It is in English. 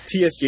TSG